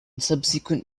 subsequent